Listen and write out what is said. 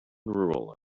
rule